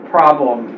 Problem